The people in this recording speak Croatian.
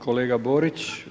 kolega Borić.